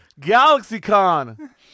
GalaxyCon